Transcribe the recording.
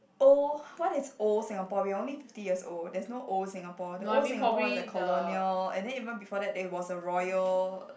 old what is old Singapore we are only fifty years old there's no old Singapore the old Singapore is a colonial and then even before that there was a royal